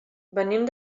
venim